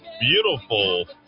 Beautiful